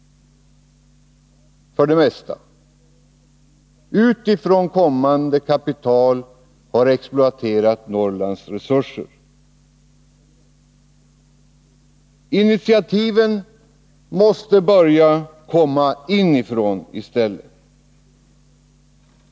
Utifrån kommande kapital har exploaterat Norrlands resurser. Initiativen måste börja komma inifrån i stället.